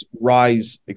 rise